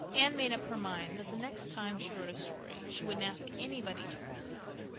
anne made up her mind that the next time she wrote a story she wouldn't ask anybody to criticize it.